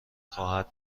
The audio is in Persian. خواهد